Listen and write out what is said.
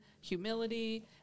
humility